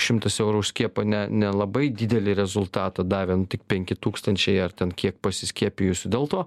šimtas eurų už skiepą ne nelabai didelį rezultatą davė nu tik penki tūkstančiai ar ten kiek pasiskiepijusių dėl to